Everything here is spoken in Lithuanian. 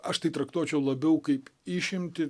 aš tai traktuočiau labiau kaip išimtį